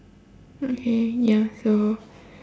okay ya so